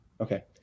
Okay